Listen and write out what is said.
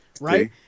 right